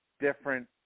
different